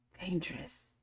dangerous